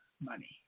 money